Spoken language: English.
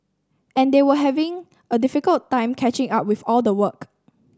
and they were having a difficult time catching up with all the work